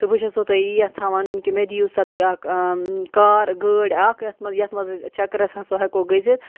تہٕ بہٕ چھَسو تۄہہِ یی یَژھان وَنُن کہِ مےٚ دِیِو سا تُہۍ اَکھ کار گٲڑۍ اَکھ یَتھ منٛز یَتھ منٛز أسۍ چَکرَس ہسا ہٮ۪کو گٔژھِتھ